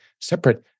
separate